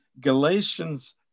Galatians